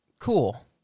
Cool